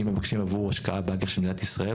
מבקשים עבור השקעה באג"ח של מדינת ישראל,